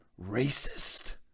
racist